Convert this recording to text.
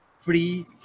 free